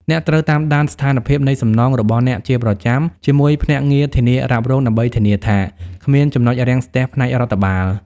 អ្នកត្រូវតាមដាន ស្ថានភាពនៃសំណង របស់អ្នកជាប្រចាំជាមួយភ្នាក់ងារធានារ៉ាប់រង ដើម្បីធានាថាគ្មាន ចំណុចរាំងស្ទះ ផ្នែករដ្ឋបាល។